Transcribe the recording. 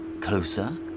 Closer